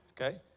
Okay